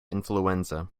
influenza